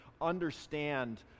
understand